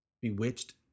bewitched